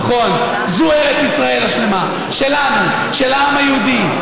נכון, זו ארץ ישראל השלמה, שלנו, של העם היהודי.